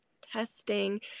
testing